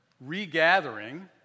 regathering